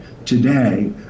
Today